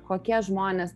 kokie žmonės